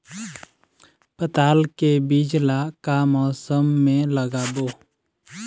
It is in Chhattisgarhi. पताल के बीज ला का मौसम मे लगाबो?